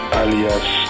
alias